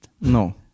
no